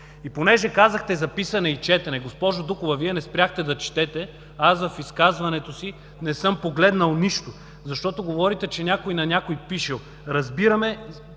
И понеже казахте за писане и четене. Госпожо Дукова, Вие не спряхте да четете, а аз в изказването си не съм погледнал нищо, защото говорите, че някой на някого пишел. Разбираме